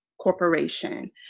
corporation